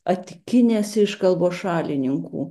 atikinės iškalbos šalininkų